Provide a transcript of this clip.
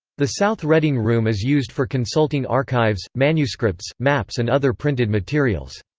the south reading room is used for consulting archives, manuscripts, maps and other printed materials.